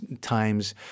times